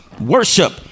worship